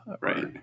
right